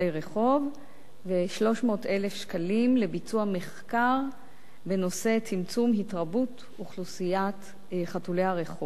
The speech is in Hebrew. ו-300,000 שקלים לביצוע מחקר בנושא צמצום התרבות אוכלוסיית חתולי הרחוב.